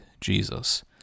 Jesus